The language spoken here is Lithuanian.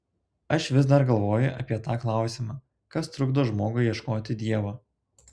aš vis dar galvoju apie tą klausimą kas trukdo žmogui ieškoti dievo